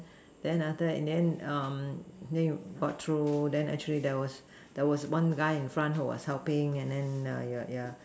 then after that in the end then you got through then actually there was there was one guy in front who was helping and then yeah